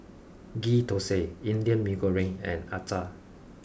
Ghee Thosai Indian Mee Goreng and Acar